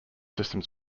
systems